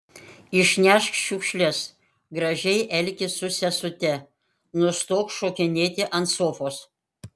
išnešk šiukšles gražiai elkis su sesute nustok šokinėti ant sofos